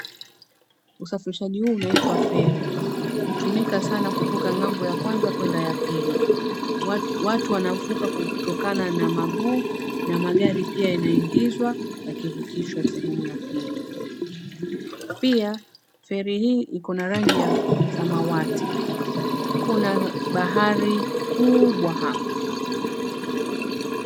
Usafirishaji huu unaitwa feri. Hutumika sana kuvuka ng'ambo ya kwanza kuenda ya pili. Watu wanavuka kutokana na maguu na magari pia yanaingizwa yakivukishwa sehemu ya pili. Pia feri hii iko na rangi ya samawati. Kuna bahari kubwa hapo.